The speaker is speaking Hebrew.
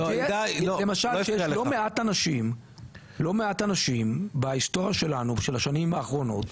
למשל יש לא מעט אנשים בהיסטוריה שלנו ושל השנים האחרונות,